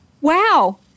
wow